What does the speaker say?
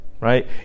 Right